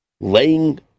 laying